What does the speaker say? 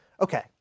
Okay